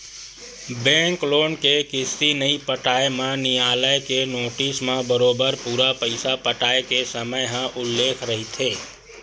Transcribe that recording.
bank loan के किस्ती नइ पटाए म नियालय के नोटिस म बरोबर पूरा पइसा पटाय के समे ह उल्लेख रहिथे